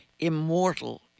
Immortal